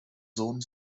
sohn